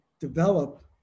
develop